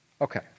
Okay